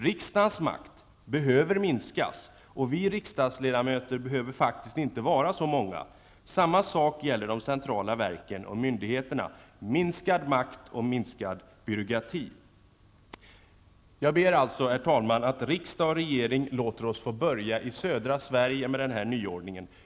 Riksdagens makt behöver minskas, och vi riksdagsledamöter behöver faktiskt inte vara så många. Samma sak gäller de centrala verken och myndigheterna -- minskad makt och minskad byråkrati. Jag ber alltså, herr talman, att riksdag och regering låter oss få börja i södra Sverige med den här nyordningen.